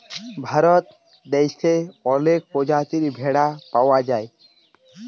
ভারত দ্যাশে অলেক পজাতির ভেড়া পাউয়া যায়